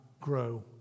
grow